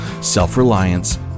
self-reliance